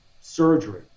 surgery